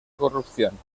corrupción